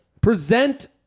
Present